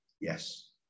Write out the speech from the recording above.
Yes